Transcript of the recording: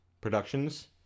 Productions